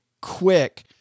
quick